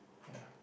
yeah